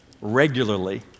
regularly